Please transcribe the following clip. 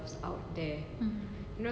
mmhmm